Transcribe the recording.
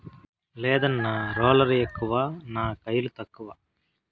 లేదన్నా, రోలర్ ఎక్కువ నా కయిలు తక్కువ